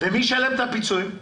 מי ישלם את הפיצויים?